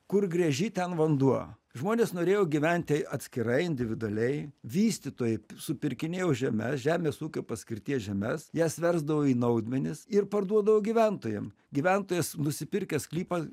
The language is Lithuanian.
kur gręži ten vanduo žmonės norėjo gyventi atskirai individualiai vystytojai supirkinėjo žemes žemės ūkio paskirties žemes jas versdavo į naudmenis ir parduodavo gyventojam gyventojas nusipirkęs sklypą